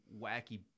wacky